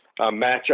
matchup